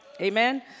Amen